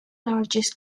largest